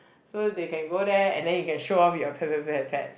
so they can go there and then you can show off your pet pet pet pet pets